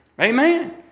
Amen